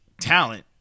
talent